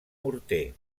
morter